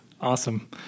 Awesome